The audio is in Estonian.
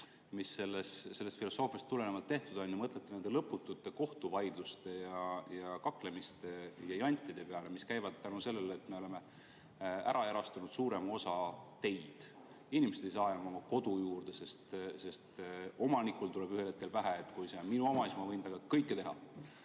mis sellest filosoofiast tulenevalt tehtud on, mõtlete nende lõputute kohtuvaidluste ja kaklemiste ja jantide peale, mis käivad tänu sellele, et me oleme ära erastanud suurema osa teid – inimesed ei saa enam oma kodu juurde, sest omanikul tuleb ühel hetkel pähe, et kui see on minu oma, siis ma võin sellega kõike teha